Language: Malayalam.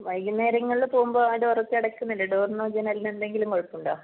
വൈകുന്നേരങ്ങളിൽ പോകുമ്പോൾ ആ ഡോറൊക്കെ അടക്കുന്നില്ലേ ഡോറിനോ ജനലിനോ എന്തെങ്കിലും കുഴപ്പമുണ്ടോ